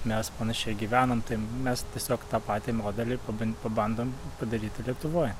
mes panašiai gyvenam tai mes tiesiog tą patį modelį paban pabandom padaryti lietuvoje